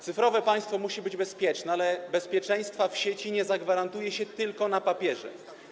Cyfrowe państwo musi być bezpieczne, ale bezpieczeństwa w sieci nie zagwarantuje się tylko na papierze.